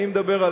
אני מדבר על